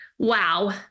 wow